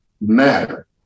matter